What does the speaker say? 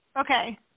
Okay